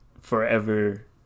forever